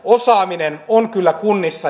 osaaminen on kyllä kunnissa